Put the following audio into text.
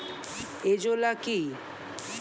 Azolla কি?